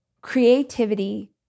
Creativity